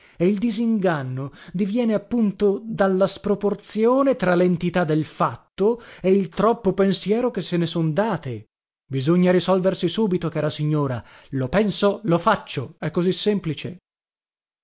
e il disinganno diviene appunto dalla sproporzione tra lentità del fatto e il troppo pensiero che se ne son date bisogna risolversi subito cara signora lo penso lo faccio è così semplice